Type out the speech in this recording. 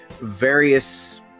various